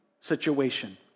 situation